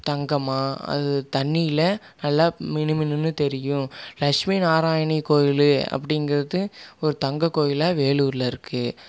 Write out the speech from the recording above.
தங்கமாக அது தண்ணியில் நல்லா மினு மினுன்னு தெரியும் லஷ்மி நாராயணி கோயில் அப்படிங்கிறது ஒரு தங்ககோயிலாக வேலூரில் இருக்கு